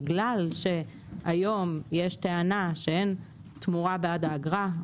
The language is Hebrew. בגלל שהיום יש טענה שאין תמורה בעד האגרה.